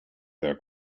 their